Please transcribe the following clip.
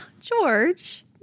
George